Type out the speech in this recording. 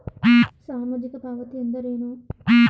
ಸಾಮಾಜಿಕ ಪಾವತಿ ಎಂದರೇನು?